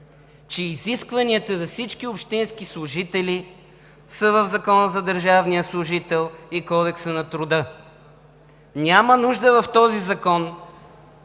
че изискванията за всички общински служители са в Закона за държавния служител и Кодекса на труда. Няма нужда в този закон